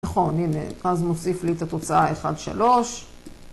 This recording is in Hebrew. נכון, הנה, אז מוסיף לי את התוצאה 1-3.